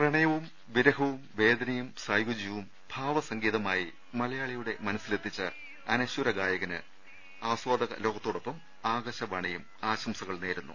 പ്രണയവും വിരഹവും വേദനയും സായൂജ്യവും ഭാവസംഗീതമായി മലയാളിയുടെ മനസിലെത്തിച്ച അനശ്വര ഗായകന് ആസ്വാദക ലോകത്തോടൊപ്പം ആകാശവാണിയും ആശംസകൾ നേരുന്നു